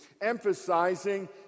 emphasizing